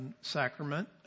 sacrament